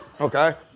Okay